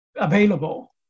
available